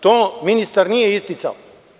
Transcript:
To ministar nije isticao.